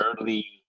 early